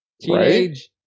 Teenage